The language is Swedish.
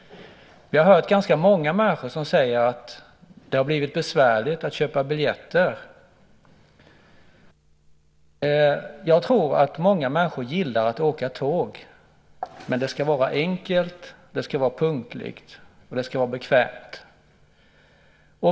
Vi har hört många människor säga att det har blivit besvärligt att köpa biljetter. Jag tror att många människor gillar att åka tåg, men det ska vara enkelt, punktligt och bekvämt.